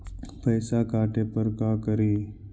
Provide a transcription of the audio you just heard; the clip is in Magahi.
पैसा काटे पर का करि?